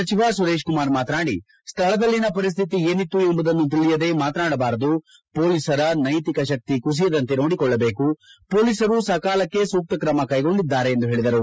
ಸಚಿವ ಸುರೇತ್ ಕುಮಾರ್ ಮಾತನಾಡಿ ಸ್ಥಳದಲ್ಲಿನ ಪರಿಸ್ಟಿತಿ ಏನಿತ್ತು ಎಂಬುದನ್ನು ತಿಳಿಯದೆ ಮಾತನಾಡಬಾರದು ಪೊಲೀಸರ ನೈತಿಕ ಶಕ್ತಿ ಕುಸಿಯದಂತೆ ನೋಡಿಕೊಳ್ಳಬೇಕು ಪೊಲೀಸರು ಸಕಾಲಕ್ಕೆ ಸೂಕ್ತ ಕ್ರಮ ಕೈಗೊಂಡಿದ್ದಾರೆ ಎಂದು ಹೇಳಿದರು